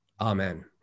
Amen